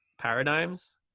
paradigms